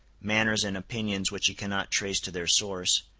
manners and opinions which he cannot trace to their source,